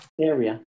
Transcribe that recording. area